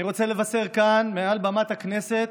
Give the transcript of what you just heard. אני רוצה לבשר כאן מעל בימת הכנסת: